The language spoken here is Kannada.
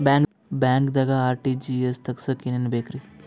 ಬ್ಯಾಂಕ್ದಾಗ ಆರ್.ಟಿ.ಜಿ.ಎಸ್ ತಗ್ಸಾಕ್ ಏನೇನ್ ಬೇಕ್ರಿ?